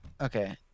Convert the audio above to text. Okay